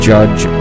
Judge